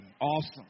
Awesome